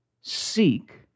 Seek